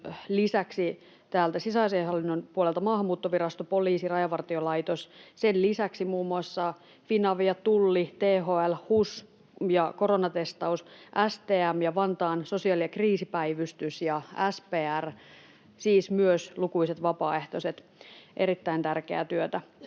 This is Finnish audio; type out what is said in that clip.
lisäksi sisäasiainhallinnon puolelta Maahanmuuttovirasto, poliisi ja Rajavartiolaitos, sen lisäksi muun muassa Finavia, Tulli, THL, HUS ja koronatestaus, STM ja Vantaan sosiaali‑ ja kriisipäivystys ja SPR, siis myös lukuisat vapaaehtoiset. Erittäin tärkeää työtä.